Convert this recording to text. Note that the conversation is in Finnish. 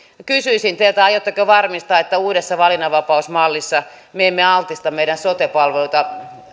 kysyisin teiltä aiotteko varmistaa että uudessa valinnanvapausmallissa me emme altista meidän sote palveluitamme